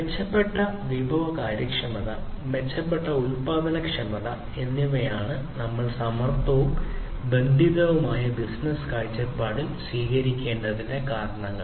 മെച്ചപ്പെട്ട വിഭവ കാര്യക്ഷമത മെച്ചപ്പെട്ട ഉൽപാദനക്ഷമത എന്നിവയാണ് നമ്മൾ സമർത്ഥവും ബന്ധിതവുമായ ബിസിനസ്സ് കാഴ്ചപ്പാട് സ്വീകരിക്കേണ്ടതിന്റെ കാരണങ്ങൾ